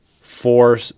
four